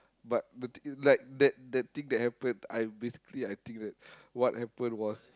but the thing like that that thing that happen I basically I think that what happen was